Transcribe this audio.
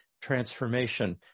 transformation